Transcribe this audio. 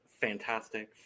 fantastic